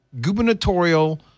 gubernatorial